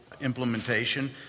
implementation